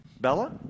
Bella